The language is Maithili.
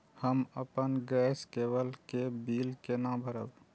हम अपन गैस केवल के बिल केना भरब?